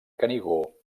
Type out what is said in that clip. canigó